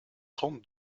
trente